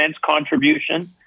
contribution